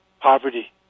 poverty